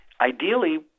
Ideally